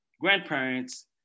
grandparents